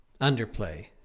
underplay